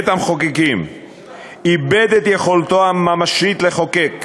בית-המחוקקים איבד את יכולתו הממשית לחוקק.